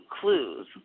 Clues